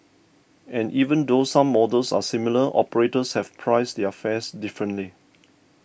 and even though some models are similar operators have priced their fares differently